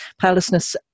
powerlessness